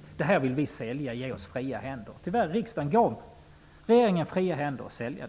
Man sade att man ville ha fria händer för att sälja dessa företag. Tyvärr gav riksdagen regeringen fria händer att sälja.